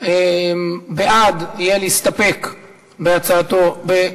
בעד יהיה להסתפק בהצעתו.